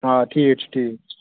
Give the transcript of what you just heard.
آ ٹھیٖک چھُ ٹھیٖک